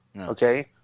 Okay